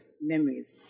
memories